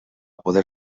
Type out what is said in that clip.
poder